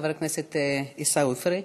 חבר הכנסת עיסאווי פריג',